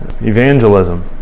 evangelism